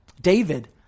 David